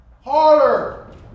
Harder